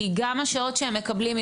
כי גם השעות שהם מקבלים,